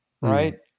right